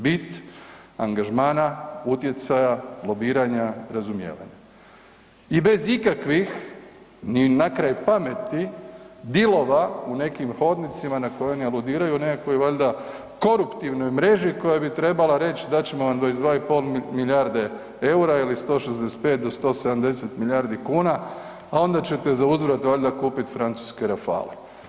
Bit angažmana, utjecaja, lobiranja, razumijevanja i bez ikakvih ni na kraj pameti dealova u nekim hodnicima na koje oni aludiraju, nekakvoj valjda koruptivnoj mreži koja bi trebala reći, dat ćemo 22,5 milijarde eura ili 164 do 170 milijardi kuna, a onda ćete zauzvrat valjda kupiti francuske rafale.